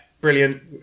brilliant